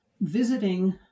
visiting